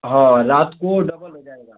हाँ रात को डबल हो जाएगा